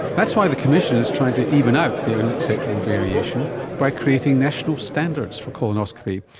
that's why the commission is trying to even out the unacceptable variation by creating national standards for colonoscopy,